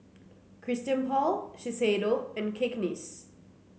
Christian Paul Shiseido and Cakenis